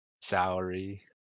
salary